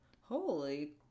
Holy